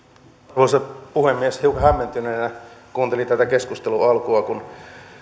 arvoisa puhemies hiukan hämmentyneenä kuuntelin tätä keskustelun alkua kun